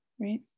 right